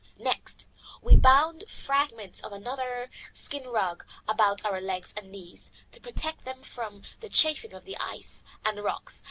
next we bound fragments of another skin rug about our legs and knees to protect them from the chafing of the ice and rocks,